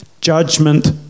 Judgment